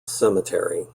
cemetery